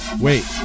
Wait